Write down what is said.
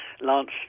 Lance